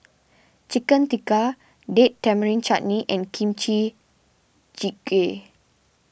Chicken Tikka Date Tamarind Chutney and Kimchi Jjigae